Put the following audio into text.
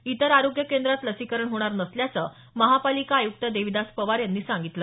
इतर आरोग्य केंद्रात लसीकरण होणार नसल्याचं महापालिका आयुक्त देविदास पवार यांनी सांगितलं